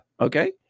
Okay